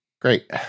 Great